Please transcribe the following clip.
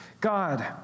God